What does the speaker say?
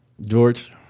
George